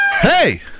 Hey